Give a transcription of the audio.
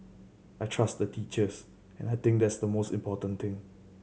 I trust the teachers and I think that's the most important thing